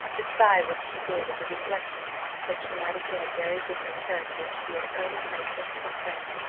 the sigh which she gave at the reflection that she might have been a very different character if she had early had a sensible friend,